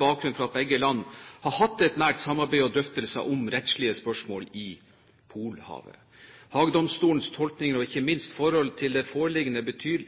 bakgrunn for at begge land har hatt et nært samarbeid og drøftelser om rettslige spørsmål i Polhavet. Fagdomstolens tolkninger og ikke minst forholdet til